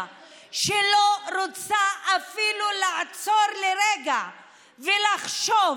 שלא רוצה אפילו לעצור לרגע ולחשוב.